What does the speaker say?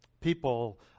People